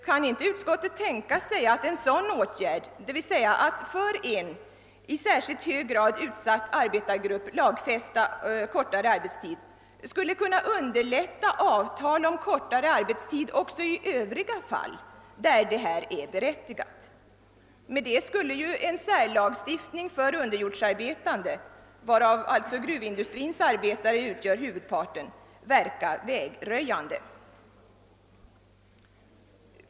Kan inte utskottet tänka sig att en sådan åtgärd, alltså att för en i alldeles särskilt hög grad utsatt arbetargrupp lagfästa kortare arbetstid, kan underlätta avtal om kortare arbetstid också i övriga fall, där detta är berättigat? Därvidlag skulle en särlagstiftning för underjordsarbetande, av vilka gruvindustrins arbetare utgör huvudparten, verka vägröjande.